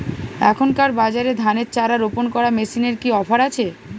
এখনকার বাজারে ধানের চারা রোপন করা মেশিনের কি অফার আছে?